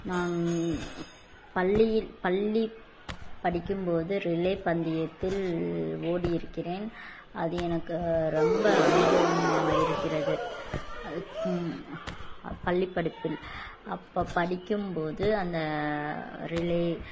நான் பள்ளியில் பள்ளி படிக்கும் போது ரிலே பந்தயத்தில் ஓடியிருக்கிறேன் அது எனக்கு ரொம்ப அனுபவமாக இருக்கிறது அது அப்பள்ளி படிப்பில் அப்போ படிக்கும் போது அந்த ரிலே